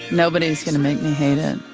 nobody is going to make me hate him.